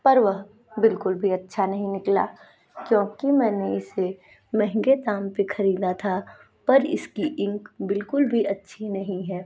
पर वह बिल्कुल भी अच्छा नहीं निकला क्योंकि मैं इसे महंगे दाम पे खरीदा था पर इसकी इंक बिल्कुल भी अच्छी नहीं है